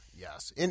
Yes